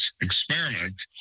experiment